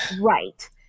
right